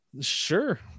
Sure